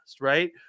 right